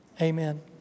Amen